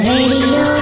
Radio